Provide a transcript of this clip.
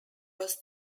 was